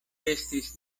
estis